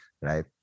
right